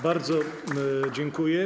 Bardzo dziękuję.